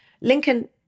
Lincoln